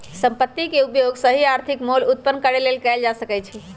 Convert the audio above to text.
संपत्ति के उपयोग सही आर्थिक मोल उत्पन्न करेके लेल कएल जा सकइ छइ